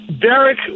Derek